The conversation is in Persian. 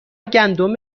گندم